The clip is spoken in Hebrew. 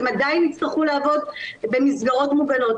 הם עדיין יצטרכו לעבוד במסגרות מוגנות,